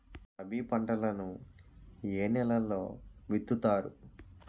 రబీ పంటలను ఏ నెలలో విత్తుతారు?